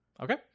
Okay